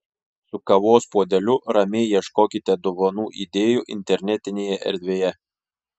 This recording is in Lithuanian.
su kavos puodeliu ramiai ieškokite dovanų idėjų internetinėje erdvėje